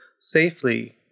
safely